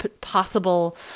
possible